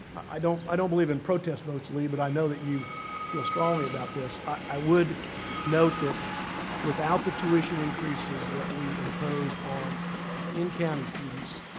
i don't i don't believe in protest votes, lee, but i know that you feel strongly about this. i would note that without the tuition increases that we imposed on in-county students,